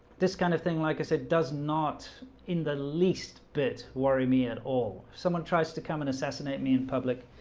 this kind of thing. like i said does not in the least bit worry me at all someone tries to come and assassinate me in public.